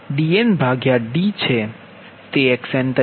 તે Xn તરીકે વ્યાખ્યાયિત થયેલ છે